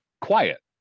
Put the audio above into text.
quiet